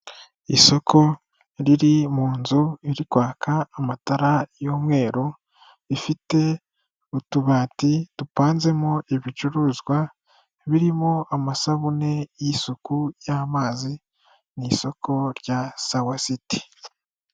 Isoko riri mu nzu iri kwaka amatara y'umweru ifite utubati dupanzemo ibicuruzwa birimo amasabune y'isuku y'amazi n'i isoko rya sawa siti.